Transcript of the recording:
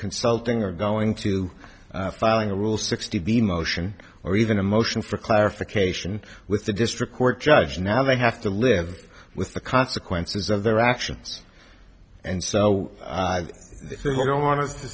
consulting or going to filing a rule sixty b motion or even a motion for clarification with the district court judge now they have to live with the consequences of their actions and so i don't want